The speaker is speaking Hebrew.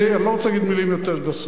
אני לא רוצה להגיד מלים יותר גסות.